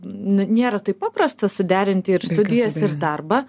nėra taip paprasta suderinti ir studijas ir darbą